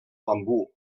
bambú